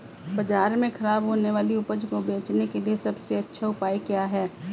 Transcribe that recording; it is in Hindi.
बाजार में खराब होने वाली उपज को बेचने के लिए सबसे अच्छा उपाय क्या है?